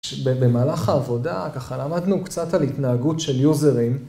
במהלך העבודה, ככה למדנו קצת על התנהגות של יוזרים.